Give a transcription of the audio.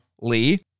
Lee